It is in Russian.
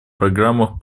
программах